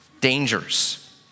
dangers